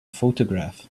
photograph